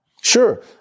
Sure